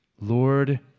Lord